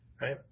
Right